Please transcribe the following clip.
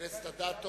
חברת הכנסת אדטו,